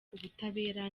ubutabera